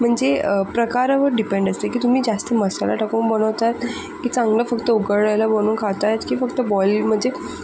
म्हणजे प्रकारावर डिपेंड असते की तुम्ही जास्त मसाला टाकून बनवतात की चांगलं फक्त उकळलेल्या बनवून खात आहेत की फक्त बॉइल म्हणजे